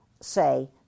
say